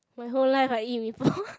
my whole life I eat Mee-Pok